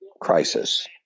crisis